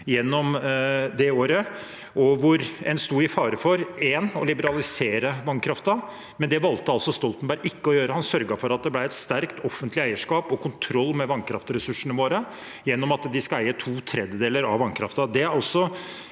gjennom det året, og en sto i fare for å liberalisere vannkraften. Det valgte Stoltenberg ikke å gjøre. Han sørget for at det ble et sterkt offentlig eierskap og en kontroll med vannkraftressursene våre, gjennom at en skal eie to tredjedeler av vannkraften.